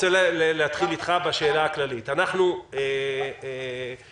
אני רוצה להתחיל אתך בשאלה כללית: את הפיקוח